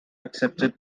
accepted